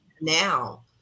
now